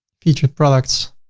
featured products,